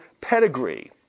pedigree